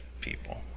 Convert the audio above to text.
people